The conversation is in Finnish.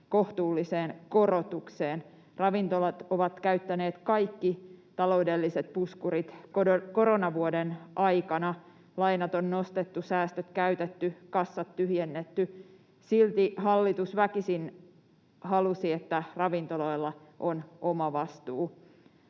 kohtuulliseen korotukseen. Ravintolat ovat käyttäneet kaikki taloudelliset puskurit koronavuoden aikana. Lainat on nostettu, säästöt käytetty, kassat tyhjennetty. Silti hallitus väkisin halusi, että ravintoloilla on omavastuu.